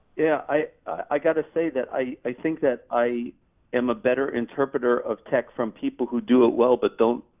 yeah, i i gotta say that i think that i am a better interpreter of tech from people who do it well but don't,